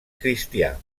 cristià